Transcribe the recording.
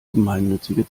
gemeinnützige